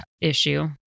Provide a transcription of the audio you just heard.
issue